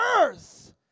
earth